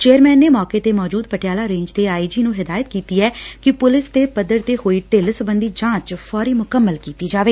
chairman ਨੇ ਮੌਕੇ ਤੇ ਮੌਜੂਦ ਪਟਿਆਲਾ ਰੇਂਜ ਦੇ ਆਈ ਜੀ ਨੂੰ ਹਦਾਇਤ ਕੀਤੀ ਕਿ ਪੁਲਿਸ ਦੇ ਪੱਧਰ ਤੇ ਹੋਈ ਢਿੱਲ ਸਬੰਧੀ ਜਾਂਚ ਫੌਰੀ ਮੁਕੰਮਲ ਕੀਤੀ ਜਾਵੇ